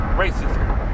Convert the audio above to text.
racism